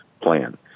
plan